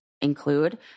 include